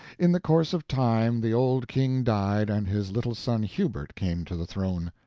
in the course of time the old king died and his little son hubert came to the throne.